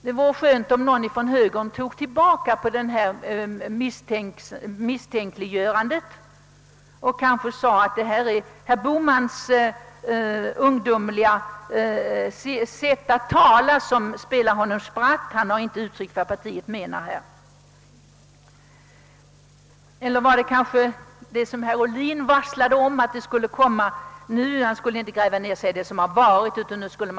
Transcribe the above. Det vore skönt om någon från högern tog tillbaka beskyllningarna och förklarade att det kanske är herr Bohmans ungdomliga sätt att tala som spelar honom spratt och att han inte givit uttryck för vad partiet anser i denna fråga. Herr Ohlin sade att man inte skulle gräva ned sig i vad som varit utan föra en »dynamisk politik».